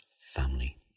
family